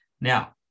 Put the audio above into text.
Now